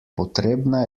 potrebna